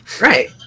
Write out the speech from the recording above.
Right